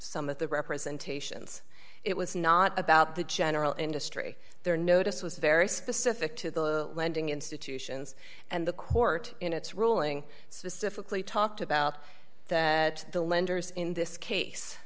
sum of the representations it was not about the general industry their notice was very specific to the lending institutions and the court in its ruling specifically talked about that the lenders in this case